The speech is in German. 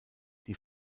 die